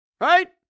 right